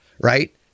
right